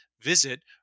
Visit